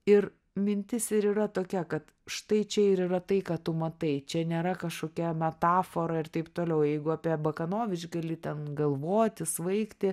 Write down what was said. ir mintis ir yra tokia kad štai čia ir yra tai ką tu matai čia nėra kažkokia metafora ir taip toliau jeigu apie bakanovič gali ten galvoti svaigti